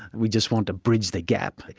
we just want to bridge the gap. like